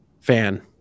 fan